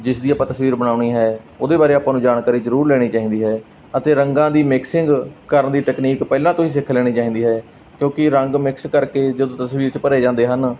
ਜਿਸ ਦੀ ਆਪਾਂ ਤਸਵੀਰ ਬਣਾਉਣੀ ਹੈ ਉਹਦੇ ਬਾਰੇ ਆਪਾਂ ਨੂੰ ਜਾਣਕਾਰੀ ਜ਼ਰੂਰ ਲੈਣੀ ਚਾਹੀਦੀ ਹੈ ਅਤੇ ਰੰਗਾਂ ਦੀ ਮਿਕਸਿੰਗ ਕਰਨ ਦੀ ਟਕਨੀਕ ਪਹਿਲਾਂ ਤੋਂ ਹੀ ਸਿੱਖ ਲੈਣੀ ਚਾਹੀਦੀ ਹੈ ਕਿਉਂਕਿ ਰੰਗ ਮਿਕਸ ਕਰਕੇ ਜਦੋਂ ਤਸਵੀਰ 'ਚ ਭਰੇ ਜਾਂਦੇ ਹਨ